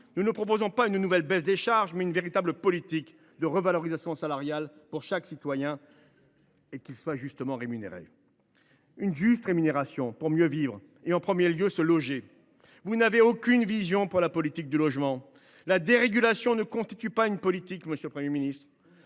nous proposons non pas une nouvelle baisse des charges, mais une véritable politique de revalorisation salariale pour chaque citoyen, afin qu’il soit justement rémunéré. Une juste rémunération, c’est ce qui permet de mieux vivre et, en premier lieu, de se loger. Vous n’avez aucune vision pour la politique du logement ! La dérégulation ne constitue pas une politique, monsieur le Premier ministre.